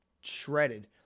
shredded